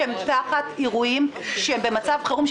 כשהם תחת אירועים במצב חירום,